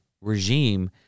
regime